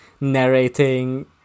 narrating